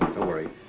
don't worry.